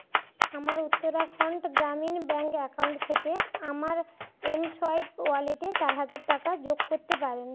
আমার Uttarakhand Gramin bank account থেকে আমার এম সোয়াইপ ওয়ালেটে চার হাজার টাকা যোগ করতে পারেন